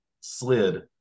slid